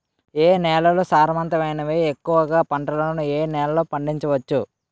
ఏ నేలలు సారవంతమైనవి? ఎక్కువ గా పంటలను ఏ నేలల్లో పండించ వచ్చు?